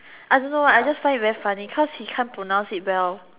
I don't know I just find it very funny cause he can't pronounce it well